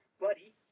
buddy